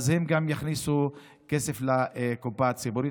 אז הן גם יכניסו כסף לקופה הציבורית.